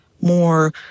more